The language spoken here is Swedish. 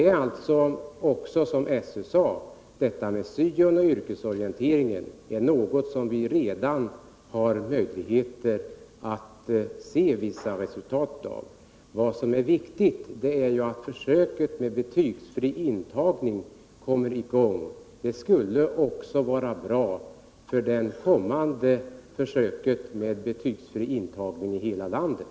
Som SÖ sade är ju detta med studieoch yrkesorientering någonting som vi redan har möjligheter att se vissa resultat av. Det viktiga nu är att försöket med betygsfri intagning kommer i gång i Örebro län. Det skulle också vara bra för det kommande försöket med betygsfri intagning i hela landet.